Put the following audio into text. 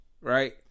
right